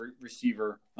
receiver